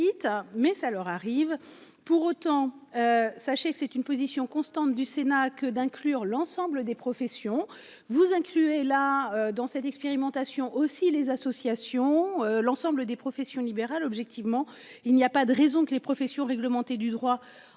mais ça leur arrive pour autant. Sachez que c'est une position constante du Sénat que d'inclure l'ensemble des professions vous incluez là dans cette expérimentation aussi les associations, l'ensemble des professions libérales, objectivement il n'y a pas de raison que les professions réglementées du droit